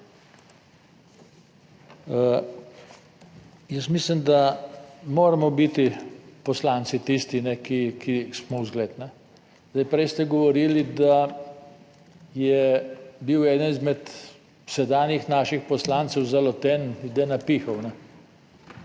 Jaz mislim, da moramo biti poslanci tisti, ki smo vzgled. Zdaj, prej ste govorili, da je bil eden izmed sedanjih naših poslancev zaloten, da je